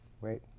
Wait